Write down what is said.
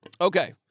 Okay